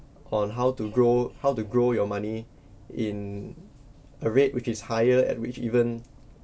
on how to grow how to grow your money in a rate which is higher and which even